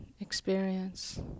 experience